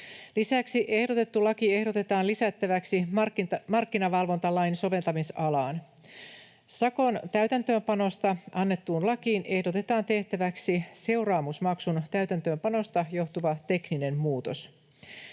Lisäksi ehdotettu laki ehdotetaan lisättäväksi markkinavalvontalain soveltamisalaan. Sakon täytäntöönpanosta annettuun lakiin ehdotetaan tehtäväksi seuraamusmaksun täytäntöönpanosta johtuva tekninen muutos.